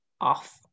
off